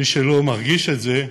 מי שלא מרגיש את זה,